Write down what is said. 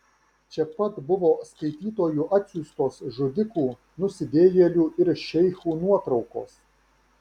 čia pat buvo skaitytojų atsiųstos žudikų nusidėjėlių ir šeichų nuotraukos